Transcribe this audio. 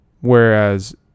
Whereas